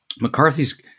McCarthy's